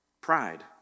pride